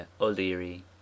O'Leary